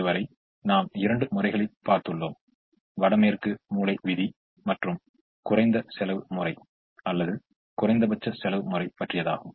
இதுவரை நாம் இரண்டு முறைகளைக் பார்த்துள்ளோம் வடமேற்கு மூலை விதி மற்றும் குறைந்த செலவு முறை அல்லது குறைந்தபட்ச செலவு முறை பற்றியதாகும்